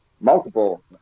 multiple